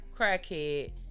crackhead